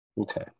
Okay